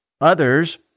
others